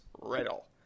Riddle